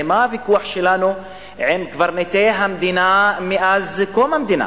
הרי מה הוויכוח שלנו עם קברניטי המדינה מאז קום המדינה?